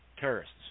terrorists